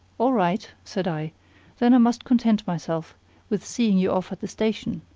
all right, said i then i must content myself with seeing you off the station.